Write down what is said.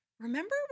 Remember